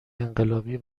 انقلابی